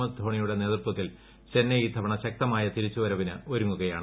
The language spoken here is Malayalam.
എസ് ധോണിയുടെ നേതൃത്വത്തിൽ ചെന്നൈ ഇത്തവണ ശക്തമായ തിരിച്ചുവരവിന് ഒരുങ്ങുകയാണ്